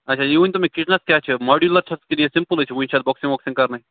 اچھا یہِ ؤنۍتَو مےٚ کِچنس کیٛاہ چھِ ماڈیوٗلر چھا کِنہٕ یہِ سمپٕلے چھُ وۅنۍ چھا اتھ بۄکسِنٛگ وۄکسِنٛگ کَرنے